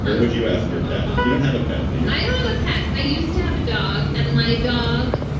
but would you ask your pet? you don't have a pet i don't have a pet. i used to have a dog and my dog.